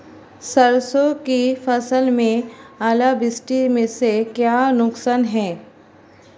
सरसों की फसल में ओलावृष्टि से क्या नुकसान है?